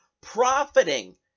profiting